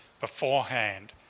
beforehand